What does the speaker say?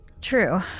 True